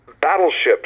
battleships